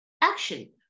action